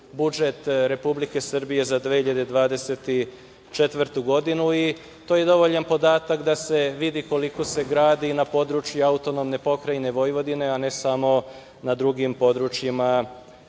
budžet Republike Srbije za 2024. godinu i to je dovoljan podatak da se vidi koliko se gradi na području AP Vojvodine, a ne samo na drugim područjima